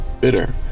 bitter